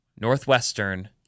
Northwestern